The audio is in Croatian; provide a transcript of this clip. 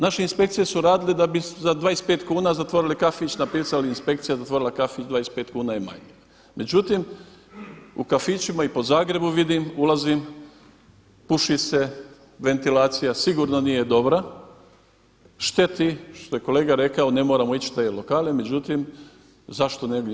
Naša inspekcije su radile da bi za 25 kuna zatvorili kafić, napisali inspekcija zatvorila kafić 25 kuna je …, međutim u kafićima i po Zagrebu vidim, ulazim puši se, ventilacija sigurno nije dobra, šteti, što je kolega rekao ne moramo ići u te lokale, međutim zašto ne bi.